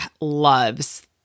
loves